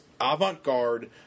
avant-garde